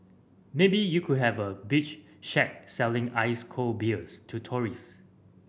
maybe you could have a beach shack selling ice cold beers to tourist